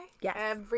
Yes